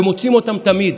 ומוצאים אותה תמיד.